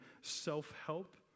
self-help